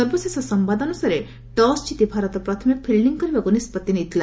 ସବିଶେଷ ସମ୍ଭାଦ ଅନୁସାରେ ଟସ୍ ଜିତି ଭାରତ ପ୍ରଥମେ ଫିଲ୍ଡିଂ କରିବାକୁ ନିଷ୍ପଭି ନେଇଥିଲା